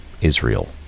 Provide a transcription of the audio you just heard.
Israel